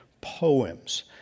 poems